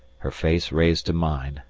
her face raised to mine,